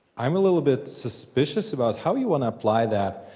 i'm a little bit suspicious about how you want to apply that.